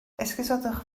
esgusodwch